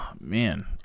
man